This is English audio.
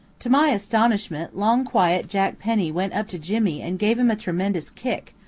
to my astonishment, long quiet jack penny went up to jimmy and gave him a tremendous kick,